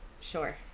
Sure